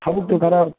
ꯊꯕꯛꯇꯨ ꯈꯔ